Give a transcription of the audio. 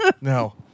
no